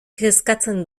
kezkatzen